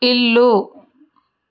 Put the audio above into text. ఇల్లు